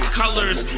colors